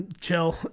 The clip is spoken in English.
chill